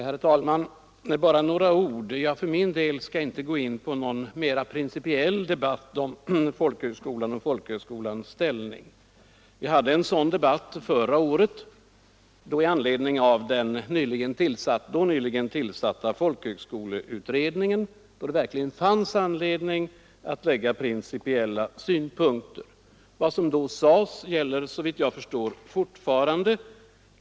Herr talman! Bara några ord. Jag skall inte för min del gå in på någon mera principiell debatt om folkhögskolan och folkhögskolans ställning. Vi hade en sådan debatt förra året med anledning av den nyligen tillsatta folkhögskoleutbildningen, och vid det tillfället fanns det verkligen anledning att anlägga principiella synpunkter. Vad som då sades gäller såvitt jag förstår fortfarande.